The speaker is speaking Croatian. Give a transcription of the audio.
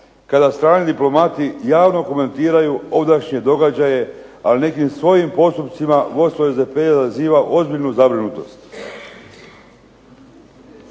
kada strani diplomati javno komentiraju ovdašnje događaje ali nekim svojim postupcima gospoda iz SDP-a izaziva ozbiljnu zabrinutost.